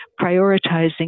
prioritizing